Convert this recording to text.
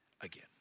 again